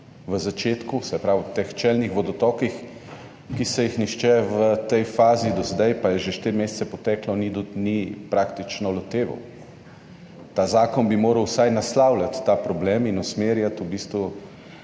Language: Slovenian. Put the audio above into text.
v začetku, se pravi o teh čelnih vodotokih, ki se jih nihče v tej fazi do zdaj, pa je že štiri mesece poteklo, ni praktično loteval. Ta zakon bi moral vsaj naslavljati 24. TRAK: (SC) – 13.55